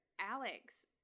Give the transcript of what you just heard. Alex